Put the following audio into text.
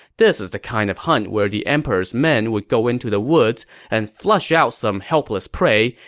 this is the kind of hunt where the emperor's men would go into the woods and flush out some helpless prey,